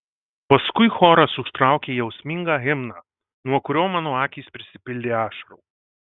paskui choras užtraukė jausmingą himną nuo kurio mano akys prisipildė ašarų